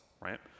right